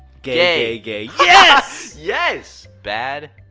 gay gay yes! yes! bad.